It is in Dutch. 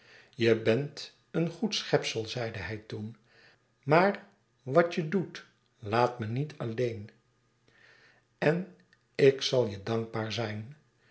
je bent een goed schepsel zeide hij toen maar wat je doet laat me niet alleen en ik zal je dankbaar zijn